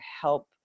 help